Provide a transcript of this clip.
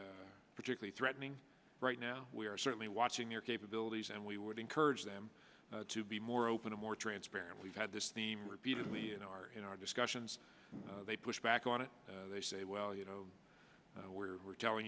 as particularly threatening right now we are certainly watching your capabilities and we would encourage them to be more open more transparent we've had this theme repeatedly in our in our discussions they push back on it they say well you know where we're telling